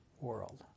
world